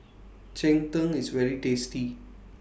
Cheng Tng IS very tasty